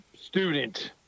student